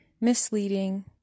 misleading